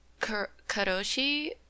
karoshi